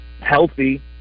healthy